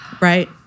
Right